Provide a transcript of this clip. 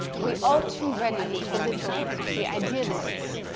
we all too readily belittle the idealists,